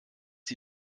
sie